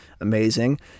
amazing